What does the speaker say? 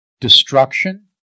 Destruction